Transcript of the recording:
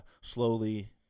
slowly